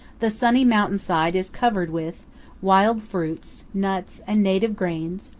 the sunny mountain side is covered with wild fruits, nuts, and native grains,